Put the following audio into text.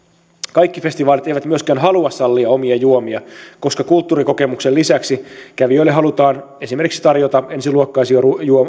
kaikki festivaalit eivät myöskään halua sallia omia juomia koska kulttuurikokemuksen lisäksi kävijöille halutaan esimerkiksi tarjota ensiluokkaisia